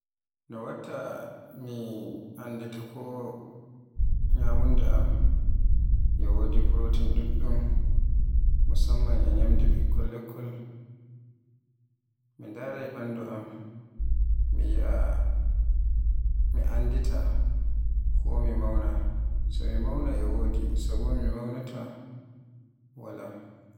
No watta mi anndita ko ñyamunda am e wodi protein ɗuɗɗum, musamman e ñyamde ɓikkol lekkol. Mi ndaray ɓandu am, mi yi'a, mi anndita mi mawna, so mi mawna e wodi so bo mi mawna wala.